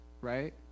right